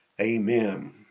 amen